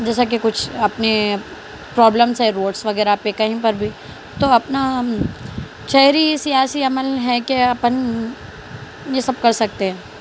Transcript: جیسا کہ کچھ اپنے پرابلمس ہیں روڈس وغیرہ پہ کہیں پر بھی تو اپنا شہری سیاسی عمل ہے کہ اپن یہ سب کر سکتے ہیں